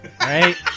right